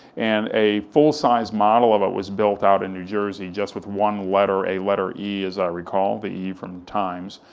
and a full size model of it was built out in new jersey, just with one letter, a letter e as i recall, the e from times,